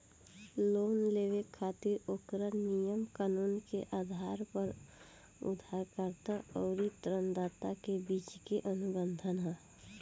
loan लेबे खातिर ओकरा नियम कानून के आधार पर उधारकर्ता अउरी ऋणदाता के बीच के अनुबंध ह